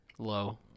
Low